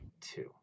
Two